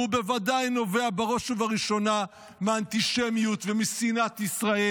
והוא בוודאי נובע בראש ובראשונה מאנטישמיות ומשנאת ישראל,